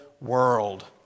world